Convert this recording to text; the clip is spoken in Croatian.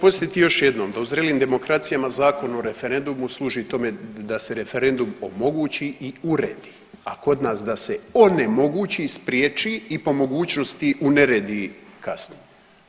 Ja ću podsjetiti još jednom da u zrelim demokracijama Zakon o referendumu služi tome da se referendum omogući i uredi, a kod nas da se onemogući i spriječi i po mogućnosti uneredi kasnije.